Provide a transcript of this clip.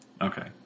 Okay